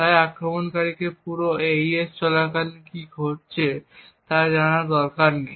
তাই আক্রমণকারীকে পুরো AES চলাকালীন কী ঘটছে তা জানার দরকার নেই